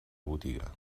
botiga